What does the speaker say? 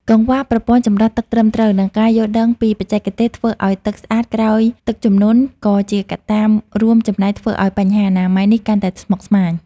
កង្វះប្រព័ន្ធចម្រោះទឹកត្រឹមត្រូវ និងការយល់ដឹងពីបច្ចេកទេសធ្វើឱ្យទឹកស្អាតក្រោយទឹកជំនន់ ក៏ជាកត្តារួមចំណែកធ្វើឱ្យបញ្ហាអនាម័យនេះកាន់តែស្មុគស្មាញ។